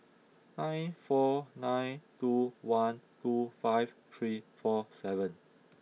nine four nine two one two five three four seven